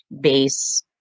base